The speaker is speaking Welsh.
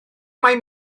mai